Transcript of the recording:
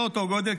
לא אותו גודל,